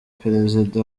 perezida